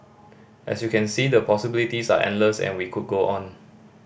as you can see the possibilities are endless and we could go on